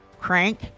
crank